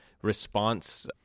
response